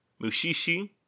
Mushishi